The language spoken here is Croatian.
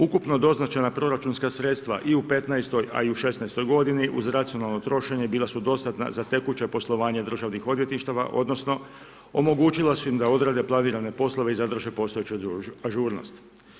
Ukupno doznačena proračunska sredstva i u '15., a i u '16. godini, iz racionalno trošenje bila su dostatna za tekuće poslovanje državnih odvjetništava, odnosno omogućila su im da odrade planirane poslove i zadrže postojeću ažurnost.